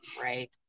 right